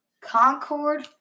Concord